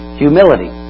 humility